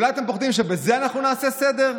אולי אתם פוחדים שבזה אנחנו נעשה סדר?